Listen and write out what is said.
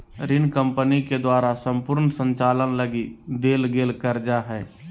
ऋण कम्पनी के द्वारा सम्पूर्ण संचालन लगी देल गेल कर्जा हइ